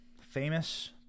famous